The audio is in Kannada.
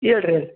ಹೇಳ್ ರೀ ಹೇಳ್ ರೀ